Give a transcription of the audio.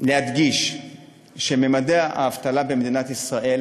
להדגיש שממדי האבטלה במדינת ישראל